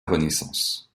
renaissance